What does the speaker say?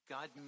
God